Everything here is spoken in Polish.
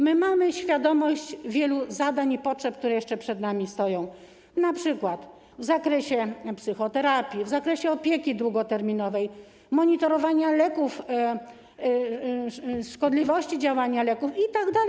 My mamy świadomość wielu zadań i potrzeb, które jeszcze przed nami stoją, np. w zakresie psychoterapii, w zakresie opieki długoterminowej, monitorowania leków, szkodliwości działania leków itd.